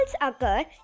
occur